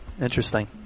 Interesting